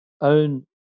own